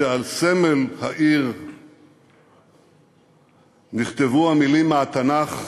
שעל סמל העיר נכתבו המילים מהתנ"ך